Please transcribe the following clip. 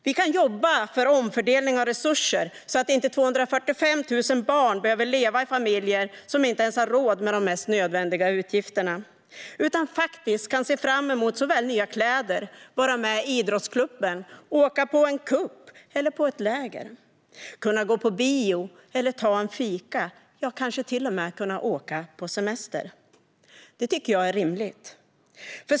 Vi kan jobba för omfördelning av resurser så att inte 245 000 barn behöver leva i familjer som inte ens har råd med de mest nödvändiga utgifterna utan kan se fram mot såväl nya kläder som att vara med i idrottsklubben, åka på en cup eller på ett läger, att kunna gå på bio eller ta en fika - ja, kanske till och med att kunna åka på semester. Det tycker jag är rimligt.